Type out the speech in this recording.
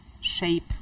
shape